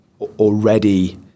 already